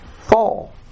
fall